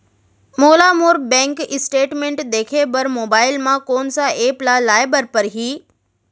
मोला मोर bank statement देखे बर मोबाइल मा कोन सा एप ला लाए बर परही?